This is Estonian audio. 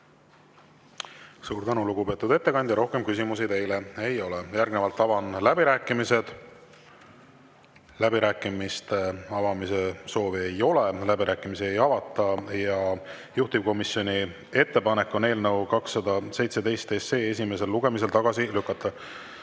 Suur tänu, lugupeetud ettekandja! Rohkem küsimusi teile ei ole. Järgnevalt avan läbirääkimised. Läbirääkimiste avamise soovi ei ole, läbirääkimisi ei avata. Juhtivkomisjoni ettepanek on eelnõu 217 esimesel lugemisel tagasi lükata.